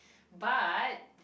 but